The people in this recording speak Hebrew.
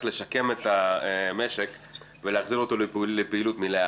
לשקם את המשק ולהחזיר אותו לפעילות מלאה.